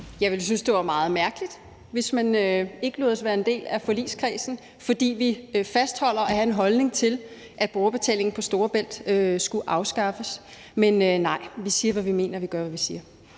synes, det var meget mærkeligt, hvis man ikke lod os være en del af forligskredsen, fordi vi fastholder at have en holdning til, at brugerbetalingen på Storebælt skal afskaffes. Så nej: vi siger, hvad vi mener, og vi gør, hvad vi siger.